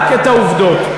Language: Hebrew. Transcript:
רק את העובדות.